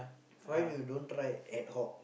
why you don't try ad-hoc